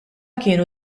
kienu